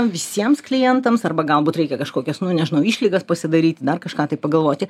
visiems klientams arba galbūt reikia kažkokias nu nežinau išlygas pasidaryti dar kažką tai pagalvoti